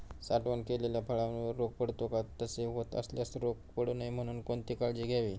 साठवण केलेल्या फळावर रोग पडतो का? तसे होत असल्यास रोग पडू नये म्हणून कोणती काळजी घ्यावी?